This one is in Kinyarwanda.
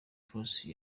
force